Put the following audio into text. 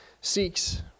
seeks